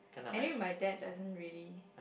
anyway my dad doesn't really